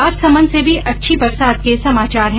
राजसमंद से भी अच्छी बरसात के समाचार हैं